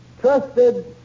trusted